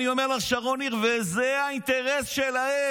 אני אומר לך, שרון ניר, זה האינטרס שלהם.